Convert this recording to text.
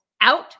out